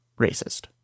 racist